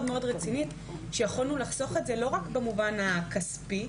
רצינית שיכולנו לחסוך לא רק במובן הכספי